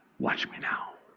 watch me now.